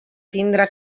tindre